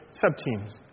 sub-teams